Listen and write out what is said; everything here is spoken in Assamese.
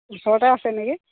ওচৰতে আছে নেকি